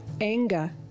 anger